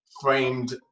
framed